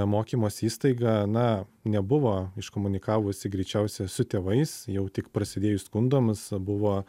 mokymosi įstaiga na nebuvo iškomunikavusi greičiausiai su tėvais jau tik prasidėjus skundams buvo